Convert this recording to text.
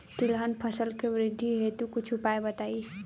तिलहन फसल के वृद्धि हेतु कुछ उपाय बताई?